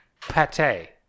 Pate